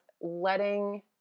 letting